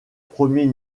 premier